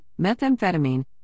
Methamphetamine